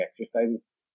exercises